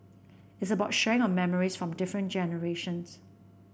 it's about sharing of memories from different generations